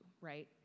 right